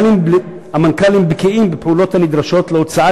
המנכ"לים בקיאים בפעולות הנדרשות להוצאת